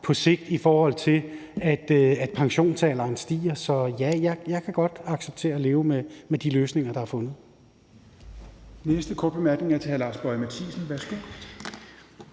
på sigt, i forhold til at pensionsalderen stiger. Så ja, jeg kan godt acceptere at leve med de løsninger, der er fundet.